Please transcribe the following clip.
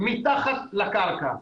מתחת לקרקע,